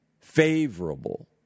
favorable